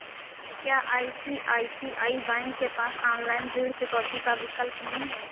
क्या ICICI bank के पास ऑनलाइन ऋण चुकौती का विकल्प नहीं है?